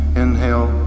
inhale